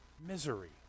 misery